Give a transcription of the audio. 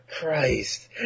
Christ